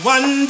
One